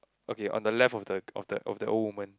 okay on the left of the of the of the old woman